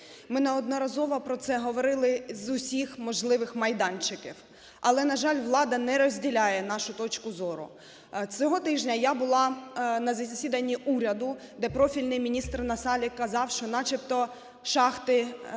Ми неодноразово про це говорили з усіх можливих майданчиків, але, на жаль, влада не розділяє нашу точку зору. Цього тижня я була на засіданні уряду, де профільний міністрНасалик казав, що начебто шахти